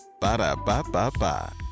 Ba-da-ba-ba-ba